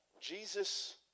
Jesus